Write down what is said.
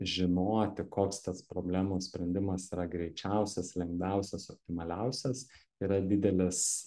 žinoti koks tas problemų sprendimas yra greičiausias lengviausias optimaliausias yra didelis